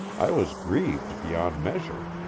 i was grieved beyond measure.